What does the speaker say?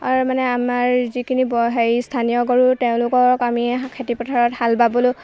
অৰ মানে আমাৰ যিখিনি হেৰি স্থানীয় গৰু তেওঁলোকক আমি খেতি পথাৰত হাল বাবলৈয়ো